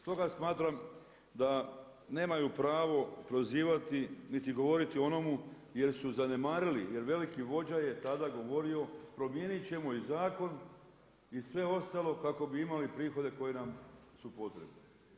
Stoga smatram da nemaju pravo prozivati niti govoriti o onome jer su zanemarili, jer veliki vođa je tada govorio promijeniti ćemo i zakon i sve ostalo kako bi imali prihode koji su nam potrebni.